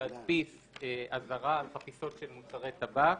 להדפיס אזהרה על חפיסות של מוצרי טבק.